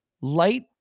light